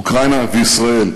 אוקראינה וישראל,